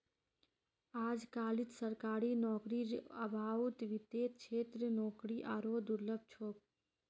अजकालित सरकारी नौकरीर अभाउत वित्तेर क्षेत्रत नौकरी आरोह दुर्लभ छोक